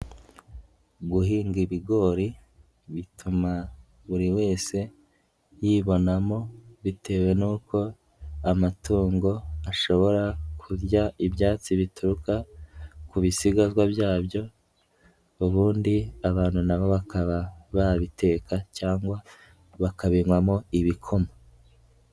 Guhinga ibigori bituma buri wese yibonamo bitewe n'uko amatungo ashobora kurya ibyatsi bituruka ku bisigazwa byabyo ubundi abantu na bo bakaba babiteka cyangwa bakabinywamo ibikoma.